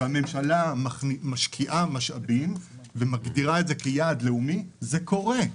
וכאשר הממשלה משקיעה משאבים ומגדירה את זה כיעד לאומי זה קורה.